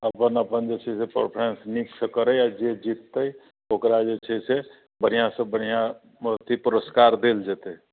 अपन अपन जे छै से परफरेन्स नीकसँ करै अ जे जिततै ओकरा जे छै से बढ़िआँ से बढ़िआँ अथी पुरुस्कार देल जेतै